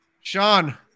Sean